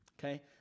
Okay